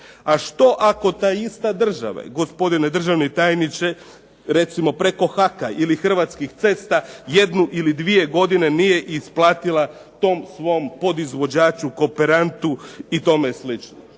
A što ako ta ista država, gospodine državni tajniče, recimo preko "HAK-a" ili "Hrvatskih cesta" jednu ili dvije godine nije isplatila tom svom podizvođaču, kooperantu i tome